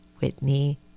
Whitney